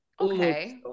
okay